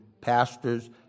pastors